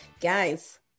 Guys